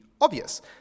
obvious